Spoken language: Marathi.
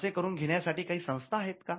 असे करून घेण्यासाठी काही संस्था आहेत का